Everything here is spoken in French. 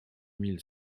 mille